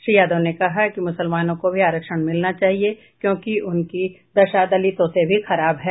श्री यादव ने कहा कि मुसलमानों को भी आरक्षण मिलना चाहिए क्योंकि उनकी दशा दलितों से भी खराब है